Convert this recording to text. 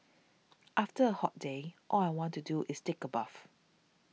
after a hot day all I want to do is take a bath